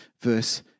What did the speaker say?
verse